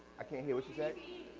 i can't hear what she's saying?